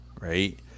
right